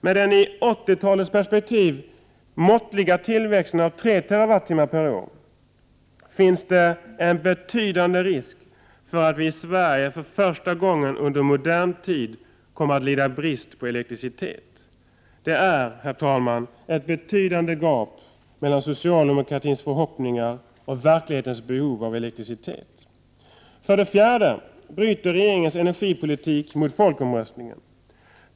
Med den i 1980-talets perspektiv mycket måttliga tillväxten av 3 TWh per år finns det en betydande risk för att vi i Sverige för första gången under modern tid kommer att lida brist på elektricitet. Det är, herr talman, ett betydande gap mellan socialdemokratins förhoppningar och verklighetens behov av elektricitet. För det fjärde bryter regeringens energipolitik mot folkomröstningen.